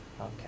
Okay